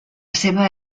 seva